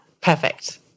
Perfect